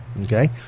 Okay